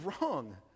wrong